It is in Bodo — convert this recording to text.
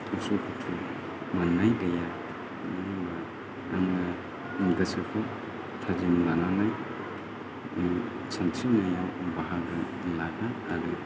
उसु खुथु मोन्नाय गैया मानो होनबा आङो गोसोखौ थाजिम लानानै आं सानस्रिनायाव बाहागो लागोन आरो